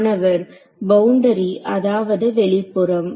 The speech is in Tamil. மாணவர் பவுண்டரி அதாவது வெளிப்புறம்